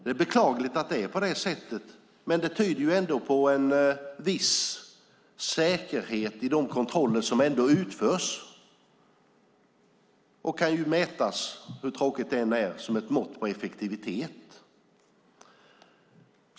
Det är beklagligt att det är på det sättet, men det tyder ändå på en viss säkerhet i de kontroller som utförs. Det kan mätas och, hur tråkigt det än är, ses som ett mått på effektivitet.